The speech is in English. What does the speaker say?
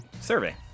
survey